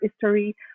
history